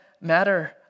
matter